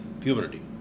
puberty